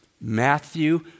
Matthew